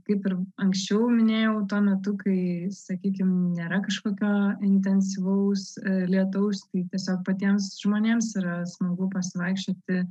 kaip ir anksčiau minėjau tuo metu kai sakykim nėra kažkokio intensyvaus lietaus tai tiesiog patiems žmonėms yra smagu pasivaikščioti